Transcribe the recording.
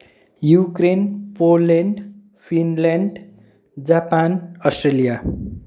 Ukraine Poland Finland Japan Australia